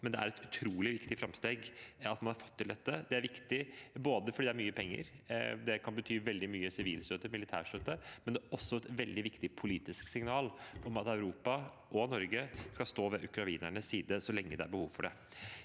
men det er et utrolig viktig framsteg at man har fått til dette. Det er viktig både fordi det er mye penger – det kan bety veldig mye sivil støtte og militær støtte – men det er også et veldig viktig politisk signal om at Europa og Norge skal stå ved ukrainernes side så lenge det er behov for det.